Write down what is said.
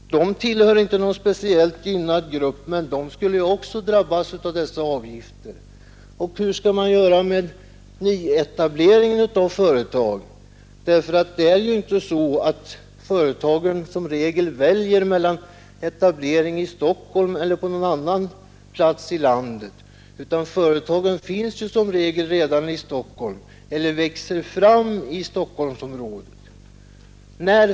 De tillhör inte någon speciellt gynnad grupp, men de skulle också drabbas av dessa avgifter. Och hur skall man göra med nyetablering av företag? Som regel väljer företagen inte mellan etablering i Stockholm eller på någon annan plats i landet, utan företagen finns som regel redan i eller växer fram i Stockholmsområdet.